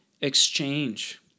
exchange